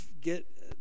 get